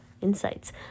insights